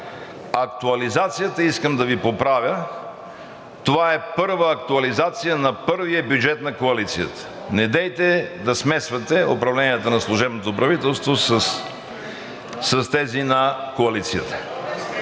актуализацията – искам да Ви поправя: това е първа актуализация на първия бюджет на Коалицията! Недейте да смесвате управленията на служебното правителство и на Коалицията.